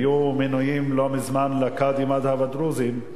היו לא מזמן מינויים לקאדים מד'הב, הדרוזים,